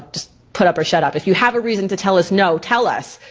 just put up or shut up. if you have a reason to tell us no, tell us.